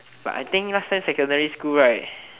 but I think last time secondary school right